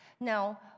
now